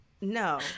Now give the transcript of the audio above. No